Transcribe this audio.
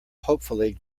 hopefully